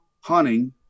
hunting